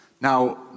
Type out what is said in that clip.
Now